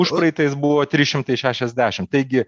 užpraeitais buvo trys šimtai šešiasdešim taigi